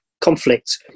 conflict